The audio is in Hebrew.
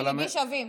פי וליבי שווים,